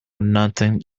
nothing